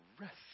rest